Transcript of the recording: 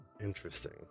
Interesting